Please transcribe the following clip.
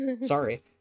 sorry